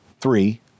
three